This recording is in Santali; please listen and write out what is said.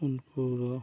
ᱩᱱᱠᱩ ᱫᱚ